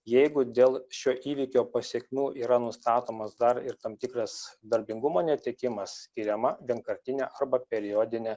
jeigu dėl šio įvykio pasekmių yra nustatomas dar ir tam tikras darbingumo netekimas skiriama vienkartinė arba periodinė